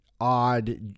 odd